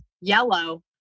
yellow